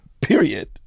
period